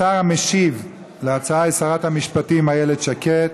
השר המשיב להצעה הוא שרת המשפטים איילת שקד.